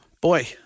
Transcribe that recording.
boy